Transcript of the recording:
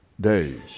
days